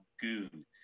goon